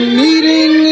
meeting